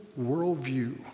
worldview